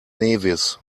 nevis